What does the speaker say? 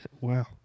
Wow